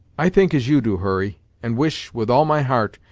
i think as you do, hurry, and wish, with all my heart,